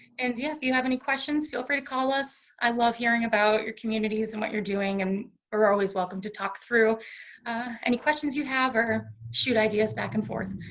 and yeah, if you have any questions feel free to call us, i love hearing about your communities and what you're doing and you're always welcome to talk through any questions you have, or shoot ideas back and forth.